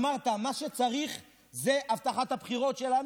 אמרת שמה שצריך הוא לקיים את הבטחת הבחירות שלנו.